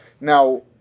Now